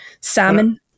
Salmon